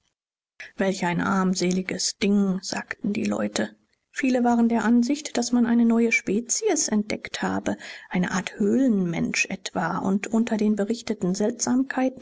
welch ein armseliges ding sagten die leute viele waren der ansicht daß man eine neue spezies entdeckt habe eine art höhlenmensch etwa und unter den berichteten